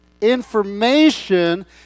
Information